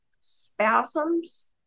spasms